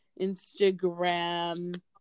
Instagram